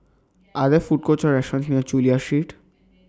Are There Food Courts Or restaurants near Chulia Street